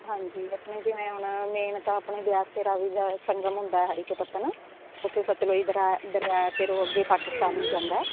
ਹਾਂਜੀ ਆਪਣੇ ਜਿਵੇਂ ਹੁਣ ਮੇਨ ਤਾਂ ਆਪਣੇ ਬਿਆਸ ਅਤੇ ਰਾਵੀ ਦਾ ਸੰਗਮ ਹੁੰਦਾ ਹਰੀਕੇ ਪੱਤਣ ਉੱਥੇ ਸਤਲੁਜ ਦਰਾ ਦਰਿਆ ਫਿਰ ਉਹ ਅੱਗੇ ਪਾਕਿਸਤਾਨ ਨੂੰ ਜਾਂਦਾ